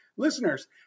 Listeners